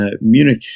Munich